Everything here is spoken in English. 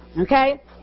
Okay